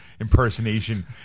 impersonation